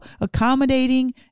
accommodating